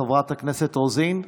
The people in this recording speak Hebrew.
חברת הכנסת רוזין,